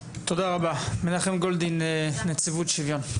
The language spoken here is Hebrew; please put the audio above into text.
תודה רבה, מנחם גולדין, נציבות שוויון.